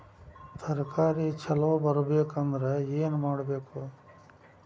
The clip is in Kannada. ತರಕಾರಿ ಛಲೋ ಬರ್ಬೆಕ್ ಅಂದ್ರ್ ಏನು ಮಾಡ್ಬೇಕ್?